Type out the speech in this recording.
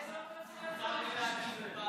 איזה אומץ לב צריך בשביל זה.